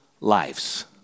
lives